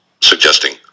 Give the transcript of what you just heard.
suggesting